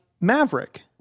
Maverick